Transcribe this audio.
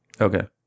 Okay